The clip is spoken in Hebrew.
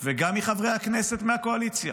וגם מחברי הכנסת מהקואליציה: